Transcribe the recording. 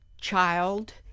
child